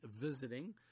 visiting